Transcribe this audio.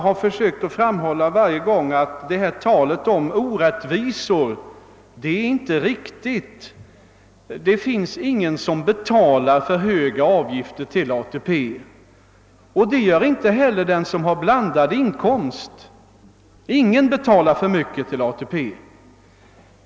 Herr talman! Jag har varje gång försökt framhålla att detta tal om orättvisor inte är riktigt. Ingen betalar för höga avgifter till ATP, inte heller den som har blandade inkomster.